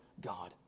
God